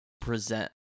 present